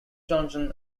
johnson